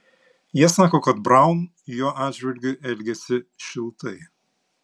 jie sako kad braun jo atžvilgiu elgėsi šiltai